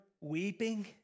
weeping